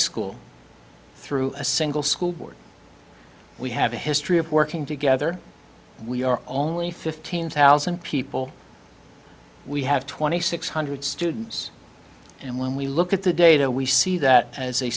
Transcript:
school through a single school board we have a history of working together we are only fifteen thousand people we have twenty six hundred students and when we look at the data we see that as a